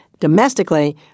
domestically